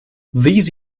these